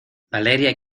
valeria